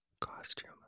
costume